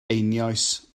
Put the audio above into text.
einioes